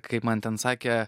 kaip man ten sakė